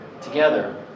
together